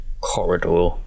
corridor